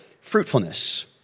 fruitfulness